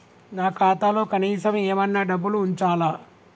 నా ఖాతాలో కనీసం ఏమన్నా డబ్బులు ఉంచాలా?